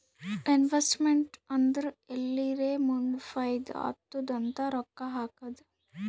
investment ಅಂದುರ್ ಎಲ್ಲಿರೇ ಮುಂದ್ ಫೈದಾ ಆತ್ತುದ್ ಅಂತ್ ರೊಕ್ಕಾ ಹಾಕದ್